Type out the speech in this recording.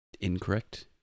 incorrect